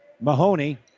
Mahoney